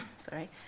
sorry